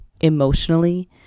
emotionally